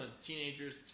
Teenagers